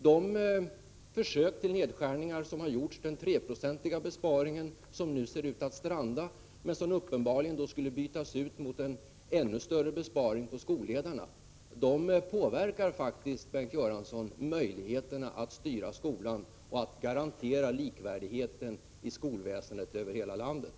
De försök till nedskärningar som har gjorts — den 3-procentiga besparingen ser nu ut att stranda men skulle uppenbarligen bytas mot en ännu större besparing på skolledarna — påverkar faktiskt möjligheterna att styra skolan och att garantera likvärdigheten i skolväsendet över hela landet.